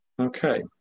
Okay